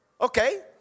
Okay